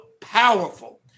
powerful